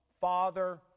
father